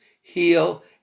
heal